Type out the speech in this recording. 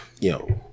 Yo